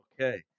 Okay